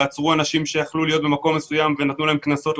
ועצרו אנשים שיכלו להיות במקום מסוים ונתנו להם קנסות,